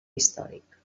històric